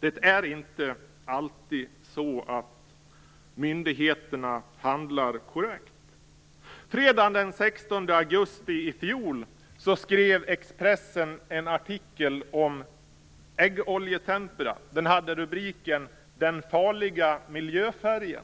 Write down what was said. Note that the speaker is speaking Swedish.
Det är inte alltid så att myndigheterna handlar korrekt. Fredagen den 16 augusti i fjol skrev Expressen en artikel om äggoljetempera. Den hade rubriken "Den farliga miljöfärgen".